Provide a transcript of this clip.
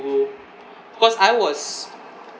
because I was